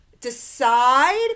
decide